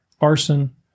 arson